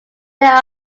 there